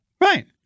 Right